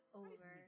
over